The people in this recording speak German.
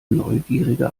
neugierige